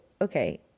okay